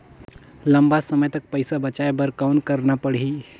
लंबा समय तक पइसा बचाये बर कौन करना पड़ही?